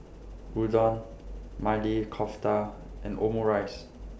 Udon Maili Kofta and Omurice